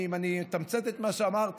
אם אני אתמצת את מה שאמרתי: